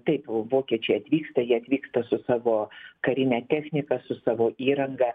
taip vokiečiai atvyksta jie atvyksta su savo karine technika su savo įranga